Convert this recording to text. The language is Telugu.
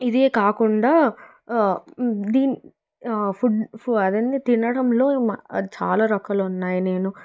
ఇదే కాకుండా దీన్ ఫుడ్ అదేంటి తినడంలో మనకు చాలా రకాలు ఉన్నాయి నేను